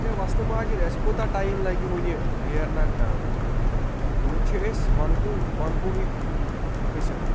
ہے وستہٕ ماجٕد اَسہِ کوٗتاہ ٹایِم لَگہِ وٕنہِ ویرناگ تام وۄنۍ چھِ أسۍ ونپوٗ ونپوٗہٕے فٔسِتھ